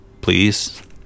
please